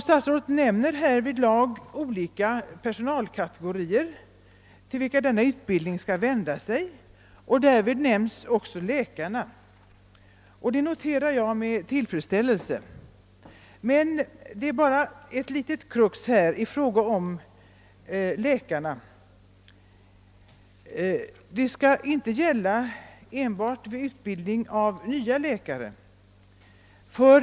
Statsrådet nämner härvidlag olika personalkategorier, till vilka denna utbildning skall vända sig, och därvid nämns även läkarna. Jag noterar detta med tillfredsställelse. Det finns emellertid ett litet krux i fråga om läkarna. Behovet av utbildning gör sig inte enbart gällande beträffande nya läkare.